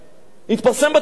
התפרסם בתקשורת.